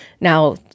Now